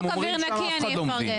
אבל בחוק אוויר נקי אני אפרגן.